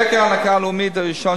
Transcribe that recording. סקר ההנקה הלאומי הראשון,